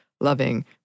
loving